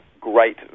great